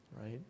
right